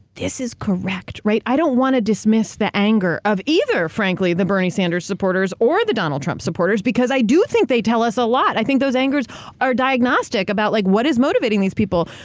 this is correct, right? i don't want to dismiss the anger of either frankly, the bernie sanders supporters or the donald trump supporters, because i do think they tell us a lot. i think those angers are a diagnostic about like what is motivating these people.